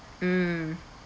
mm